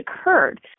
occurred